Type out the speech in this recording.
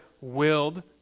willed